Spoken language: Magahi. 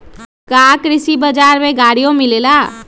का कृषि बजार में गड़ियो मिलेला?